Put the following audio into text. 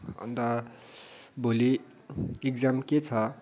अन्त भोलि एक्जाम के छ